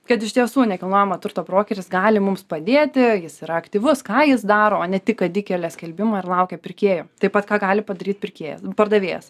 kad iš tiesų nekilnojamo turto brokeris gali mums padėti jis yra aktyvus ką jis daro o ne tik kad įkelia skelbimą ir laukia pirkėjų taip pat ką gali padaryti pirkėjas pardavėjas